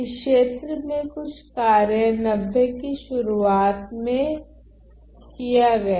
इस क्षेत्र में कुछ कार्य 90 की शुरुआत में किया गया